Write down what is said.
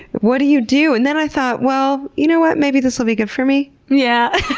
what do you do? and then i thought, well, you know what? maybe this will be good for me? yeah,